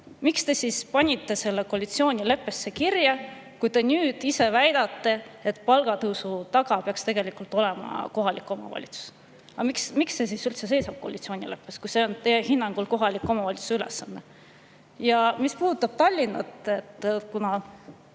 Miks te panite selle koalitsioonileppesse kirja, kui te ise väidate, et palgatõusu taga peaks tegelikult olema kohalik omavalitsus? Miks see üldse seisab koalitsioonileppes, kus see on teie hinnangul kohaliku omavalitsuse ülesanne? Ja mis puudutab Tallinna,